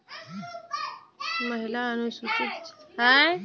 महिला, अनुसूचित जाति आ जनजातिक बीच उद्यमिता के बढ़ाबै लेल एकर शुरुआत कैल गेल छै